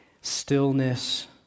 stillness